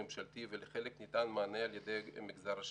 ממשלתי ולחלק ניתן מענה על ידי המגזר השלישי.